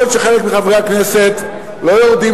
יכול להיות שחלק מחברי הכנסת לא יורדים